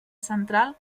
central